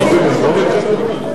הצעת הוועדה.